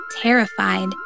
Terrified